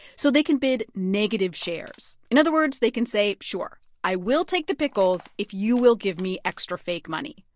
so they can bid negative shares. in other words, they can say, sure, i will take the pickles if you will give me extra fake money.